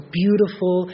beautiful